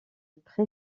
pré